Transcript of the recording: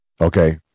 Okay